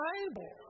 Bible